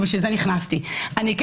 ובשביל זה נכנסתי.